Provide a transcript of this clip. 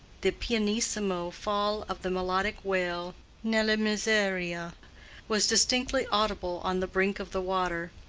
the pianissimo fall of the melodic wail nella miseria was distinctly audible on the brink of the water.